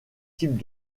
types